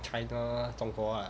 china 中国 ah